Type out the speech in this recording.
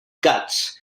guts